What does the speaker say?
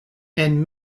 and